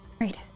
right